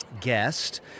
guest